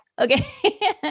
Okay